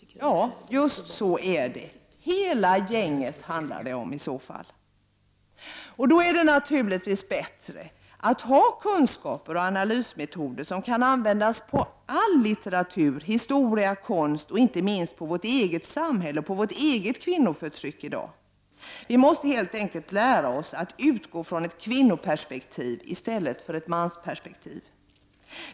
Ja, just det — hela gänget handlar det om! Det är naturligtvis bättre att ha kunskaper och analysmetoder som kan användas på all litteratur, historia och konst, och inte minst på vårt eget samhälle och vårt eget kvinnoförtryck i dag. Vi måste helt enkelt lära oss att utgå från ett kvinnoperspektiv i stället för ett mansperspektiv.